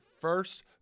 first